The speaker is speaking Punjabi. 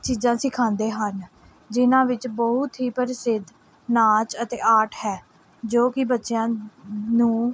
ਚੀਜ਼ਾਂ ਸਿਖਾਉਂਦੇ ਹਨ ਜਿਨ੍ਹਾਂ ਵਿੱਚ ਬਹੁਤ ਹੀ ਪ੍ਰਸਿੱਧ ਨਾਚ ਅਤੇ ਆਰਟ ਹੈ ਜੋ ਕਿ ਬੱਚਿਆਂ ਨੂੰ